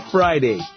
Friday